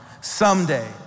someday